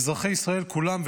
אזרחי ישראל כולם,